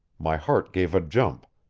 my heart gave a jump,